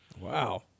Wow